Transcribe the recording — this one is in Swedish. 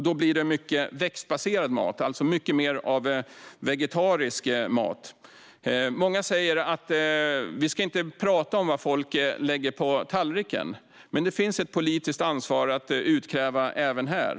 Då blir det mycket växtbaserad mat, alltså mycket mer av vegetarisk mat. Många säger att vi inte ska prata om vad folk lägger på tallriken, men det finns ett politiskt ansvar att utkräva även här.